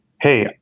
hey